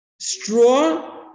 straw